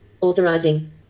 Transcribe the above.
authorizing